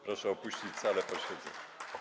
Proszę opuścić salę posiedzeń.